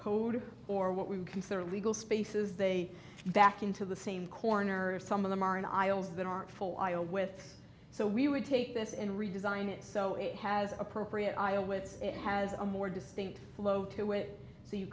code or what we consider legal spaces they back into the same corner or some of them are in aisles that aren't full aisle with so we would take this in redesign it so it has appropriate aisle with it has a more distinct flow to it so you